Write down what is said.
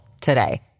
today